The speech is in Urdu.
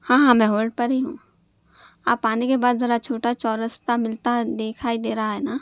ہاں ہاں میں ہولڈ پر ہی ہوں آپ آنے کے بعد ذرا چھوٹا چو رستہ ملتا ہے دکھائی دے رہا ہے نا